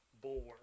bulwark